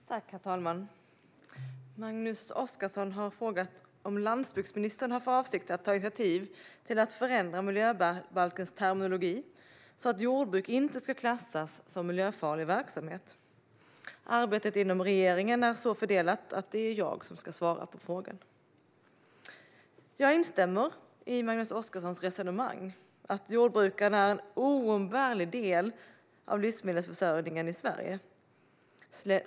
Herr talman! Magnus Oscarsson har frågat om landsbygdsministern har för avsikt att ta initiativ till att förändra miljöbalkens terminologi så att jordbruk inte ska klassas som miljöfarlig verksamhet. Arbetet inom regeringen är så fördelat att det är jag som ska svara på frågan. Jag instämmer i Magnus Oscarssons resonemang om att jordbruket är en oumbärlig del av livsmedelsförsörjningen i Sverige.